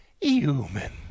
Human